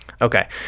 Okay